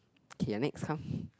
okay next come